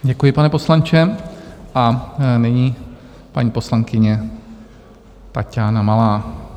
Děkuji, pane poslanče, a nyní paní poslankyně Taťána Malá.